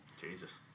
Jesus